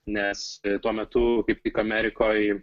nes tuo metu kaip tik amerikoj